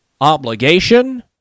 obligation